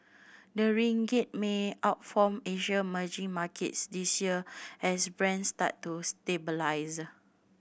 the ringgit may outperform Asia merging markets this year as Brent start to stabilise